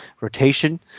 rotation